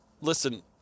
listen